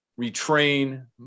retrain